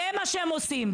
זה מה שהם עושים,